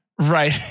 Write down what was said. Right